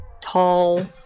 tall